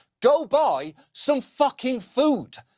go buy some fucking food.